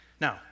Now